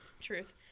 truth